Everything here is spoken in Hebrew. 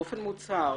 באופן מוצהר,